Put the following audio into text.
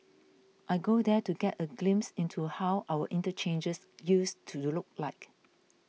I go there to get a glimpse into how our interchanges used to look like